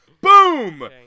Boom